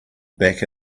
back